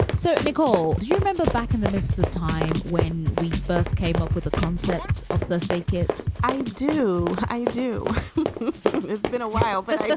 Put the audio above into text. so, nicole, do you remember back in the mists of time when we first came up with the concept of the state kids? i do. i do it's been a while, but